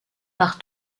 par